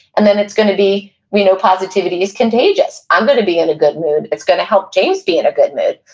and then it's going to be, we know positivity's contagious. i'm going to be in a good mood, it's going to help james be in a good mood.